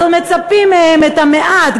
אז עוד מצפים מהם את המעט,